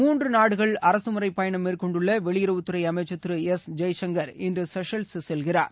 மூன்று நாடுகள் அரசுமுறைப் பயணம் மேற்கொண்டுள்ள வெளியுறவுத்துறை அமைச்சர் திரு எஸ் ஜெய்சங்கர் இன்று செஷல்ஸ் செல்கிறார்